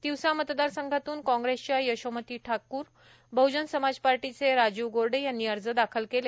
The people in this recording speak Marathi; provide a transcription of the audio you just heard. तिवसा मतदारसंघातून कांग्रेसच्या यशोमती ठाकूर बहजन समाजपार्टीचे राजीव गोरडे यांनी अर्ज दाखल केले